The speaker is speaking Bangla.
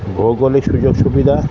ভৌগোলিক সুযোগ সুবিধা